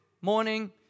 morning